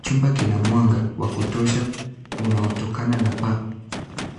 Chumba kina mwanga wa kutosha unaotokana na paa.